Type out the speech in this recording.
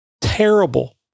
terrible